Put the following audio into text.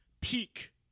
peak